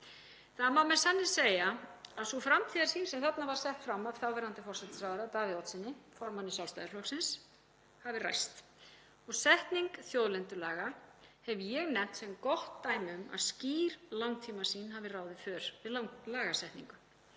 Það má með sanni segja að sú framtíðarsýn sem þarna var sett fram af þáverandi forsætisráðherra, Davíð Oddssyni, formanni Sjálfstæðisflokksins, hafi ræst. Setningu þjóðlendulaga hef ég nefnt sem gott dæmi um að skýr langtímasýn hafi ráðið för við lagasetningu,